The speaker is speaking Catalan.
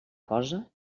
cosa